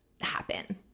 happen